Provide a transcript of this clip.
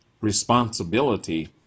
responsibility